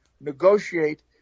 negotiate